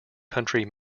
country